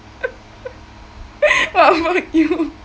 what about you